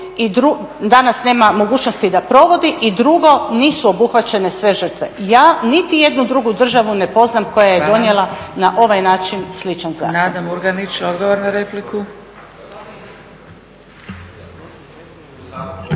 ne provodi, danas nema mogućnosti da provodi i drugo nisu obuhvaćene sve žrtve. Ja niti jednu drugu državu ne poznam koja je donijela na ovaj način sličan zakon.